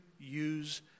use